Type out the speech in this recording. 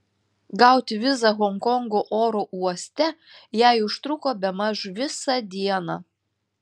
gauti vizą honkongo oro uoste jai užtruko bemaž visą dieną